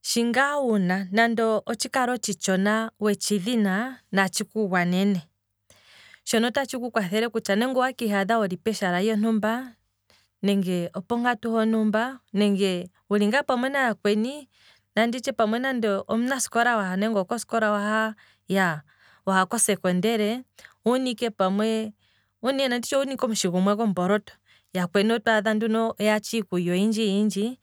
shoka ngaa wuna, nande tshi kale otshi tshona wetshi dhina, natshiku gwanene, shoo otatshi ku kwathele kutya nge owe kiihadha wuli nande opeshala lontumba. nenge opo nkatu hontumba, wuli ngaa pamwe naya kweni, nanditye pamwe omunasikola waha ngaa, iyaa waha kosekondele, owuna ike omushi gumwe gomboloto, yakweni otwaadha nduno yatsha iikulya oyindji yindji,